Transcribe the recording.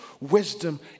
wisdom